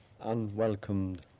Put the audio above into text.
unwelcomed